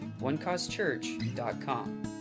onecausechurch.com